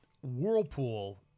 whirlpool